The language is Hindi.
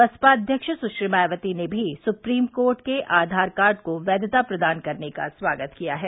बसपा अध्यक्ष सुश्री मायावती ने भी सुप्रीम कोर्ट के आधार कार्ड को वैधता प्रदान करने का स्वागत किया है